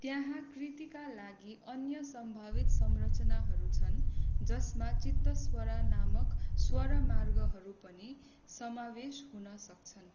त्यहाँ कृतिका लागि अन्य सम्भावित संरचनाहरू छन् जसमा चित्तस्वरा नामक स्वरा मार्गहरू पनि समावेश हुन सक्छन्